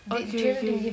ookay ookay